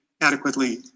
adequately